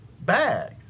bag